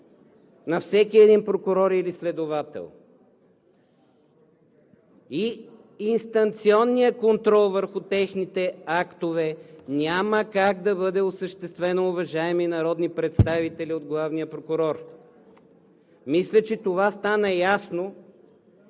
на всеки един прокурор или следовател, и инстанционният контрол върху техните актове няма как да бъдат осъществени, уважаеми народни представители, от главния прокурор – мисля, че това стана ясно